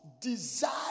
desire